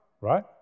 right